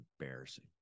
embarrassing